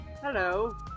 Hello